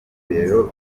bibero